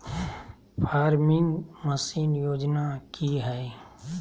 Farming machine योजना कि हैय?